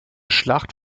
schlacht